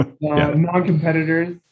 Non-competitors